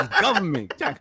government